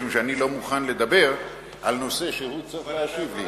משום שאני לא מוכן לדבר על נושא שהוא צריך להשיב לי,